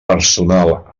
personal